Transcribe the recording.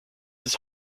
his